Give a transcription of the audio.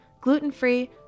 gluten-free